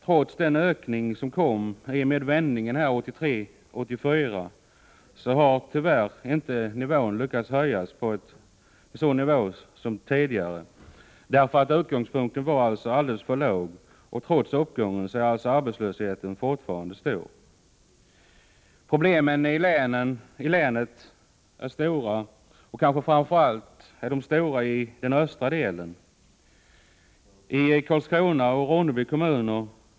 Trots den ökning som kom i och med vändningen 1983-1984 har tyvärr sysselsättningen inte kunnat ökas till samma nivå som tidigare. Utgångspunkten var alldeles för låg, och trots uppgången är alltså arbetslösheten fortfarande stor. Problemen i länet är stora. Särskilt stora är de kanske i den östra delen, i Karlskrona och Ronneby kommuner.